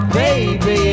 baby